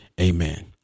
amen